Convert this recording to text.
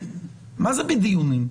מה זה בדיונים?